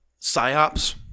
Psyops